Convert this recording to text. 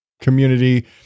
community